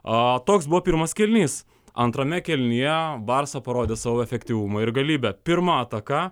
o toks buvo pirmas kėlinys antrame kėlinyje barsa parodė savo efektyvumą ir galybę pirma ataka